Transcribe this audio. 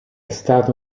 stato